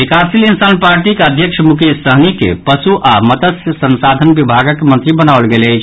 विकासशील इंसान पार्टीक अध्यक्ष मुकेश सहनी के पश् आओर मत्स्य संसाधन विभागक मंत्री बनाओल गेल अछि